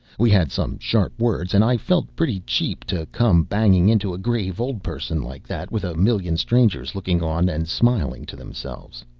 we had some sharp words, and i felt pretty cheap, to come banging into a grave old person like that, with a million strangers looking on and smiling to themselves.